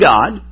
God